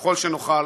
ככל שנוכל.